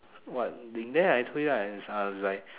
what being there I told you I I was like